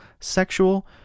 sexual